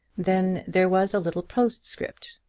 then there was a little postscript,